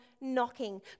knocking